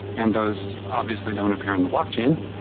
and those obviously don't appear on the blockchain.